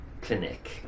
clinic